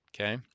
okay